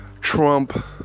Trump